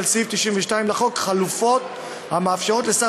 של סעיף 92 לחוק חלופות המאפשרות לשר